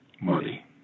money